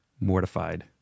mortified